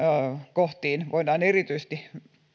kohtia voidaan erityisesti